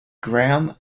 graham